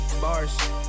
Bars